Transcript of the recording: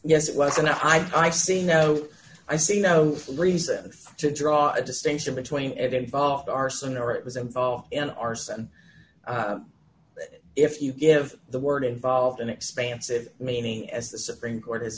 yes it was and i see no i see no reason to draw a distinction between it involved arson or it was involved in arson if you give the word involved an expansive meaning as the supreme court has